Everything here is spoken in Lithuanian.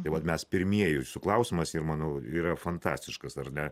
tai vat mes pirmieji jūsų klausimas ir manau yra fantastiškas ar ne